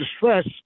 distress